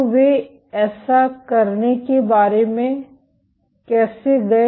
तो वे ऐसा करने के बारे में कैसे गए